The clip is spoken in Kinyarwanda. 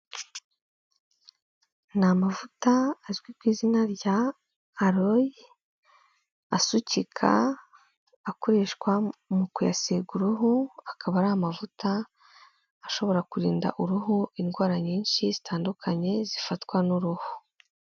Ni amavuta azwi ku izina rya Aloe asukika akoreshwa mu kuyasiga uruhu, akaba ari amavuta ashobora kurinda uruhu indwara nyinshi zitandukanye zifatwa n'uruhu.